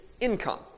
income